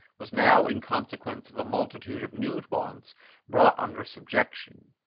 was now in consequence of a multitude of new wants brought under subjection,